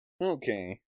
Okay